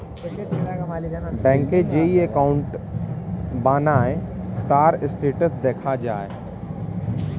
ব্যাংকে যেই অ্যাকাউন্ট বানায়, তার স্ট্যাটাস দেখা যায়